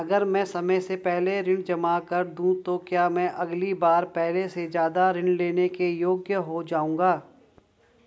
अगर मैं समय से पहले ऋण जमा कर दूं तो क्या मैं अगली बार पहले से ज़्यादा ऋण लेने के योग्य हो जाऊँगा?